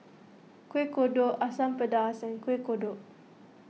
Kueh Kodok Asam Pedas and Kueh Kodok